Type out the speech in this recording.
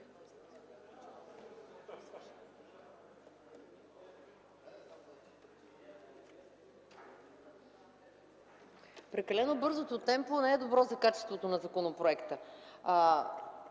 Прекалено бързото темпо не е добро за качеството на законопроекта.